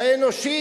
האנושית.